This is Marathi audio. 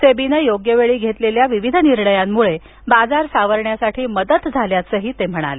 सेबीनं योग्य वेळी घेतलेल्या विविध निर्णयांमुळं बाजार सावरण्यास मदत झाल्याचंही ते म्हणाले